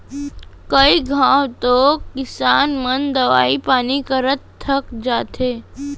कई घंव तो किसान मन दवई पानी करत थक जाथें